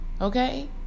okay